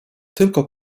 tylko